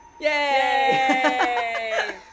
Yay